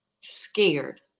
scared